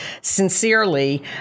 sincerely